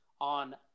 on